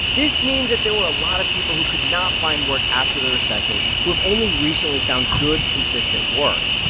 this means that there were a lot of people who could not find work after the recession who have only recently found good, consistent work.